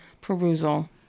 perusal